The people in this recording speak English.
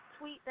tweet